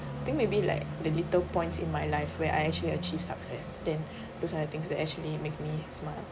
think maybe like the little points in my life where I actually achieve success then those are the things that actually make me smile